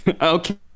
okay